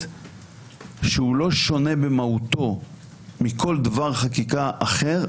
שהוא לא שונה במהותו מכל דבר חקיקה אחר,